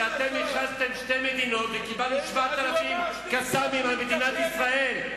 שאתם הכרזתם שתי מדינות וקיבלתם 7,000 "קסאמים" על מדינת ישראל.